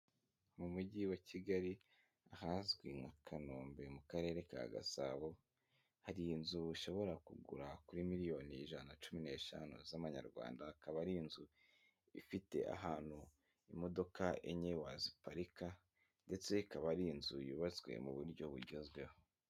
Mu mujyi wa Kigali ahazwi nka Kanombe mu Karere ka Gasabo, hari inzu ishobora kugura kuri miliyoni ijana na cumi n'eshanu z'amanyarwanda, akaba ari inzu ifite ahantu imodoka enye waziparika ndetse ikaba ari inzu yubatswe mu buryo bugezweho.